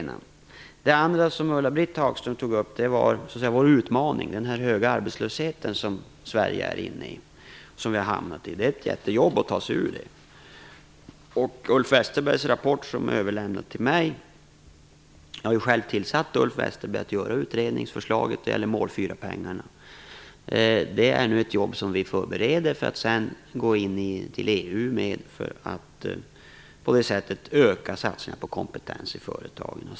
Ulla-Britt Hagström tog upp vår utmaning, den höga arbetslöshet som Sverige har. Det är ett jättejobb att ta sig ur den. Ulf Westerbergs rapport är överlämnad till mig. Jag har ju själv tillsatt Ulf Westerberg att göra utredningsförslaget när det gäller mål 4 pengarna. Detta är något som vi nu förbereder för att sedan gå in till EU med för att på det sättet öka satsningarna på kompetens i företagen.